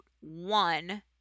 one